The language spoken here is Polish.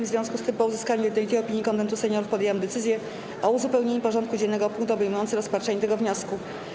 W związku z tym, po uzyskaniu jednolitej opinii Konwentu Seniorów, podjęłam decyzję o uzupełnieniu porządku dziennego o punkt obejmujący rozpatrzenie tego wniosku.